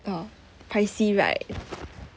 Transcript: oh pricey right